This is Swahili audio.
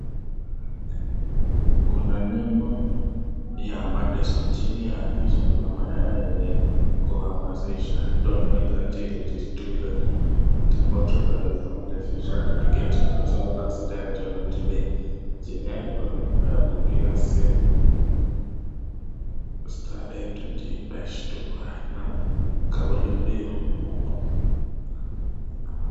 Kuna nembo ya Madison chini ya picha na maneno yenye kuhimiza "Don't wait until it is too late to control your family's future by getting personal accident insurance today(cs)." Chini yake kuna namba ya kupiga simu *828# na kauli mbiu.